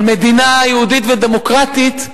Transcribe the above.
אבל מדינה יהודית ודמוקרטית,